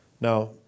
Now